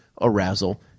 arousal